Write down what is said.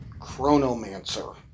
Chronomancer